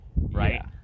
right